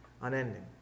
unending